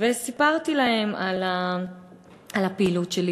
וסיפרתי להן על הפעילות שלי.